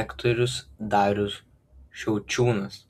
rektorius darius šiaučiūnas